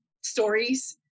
stories